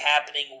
happening